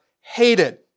hated